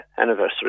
anniversary